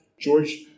George